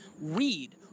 Read